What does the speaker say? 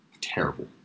terrible